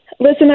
Listen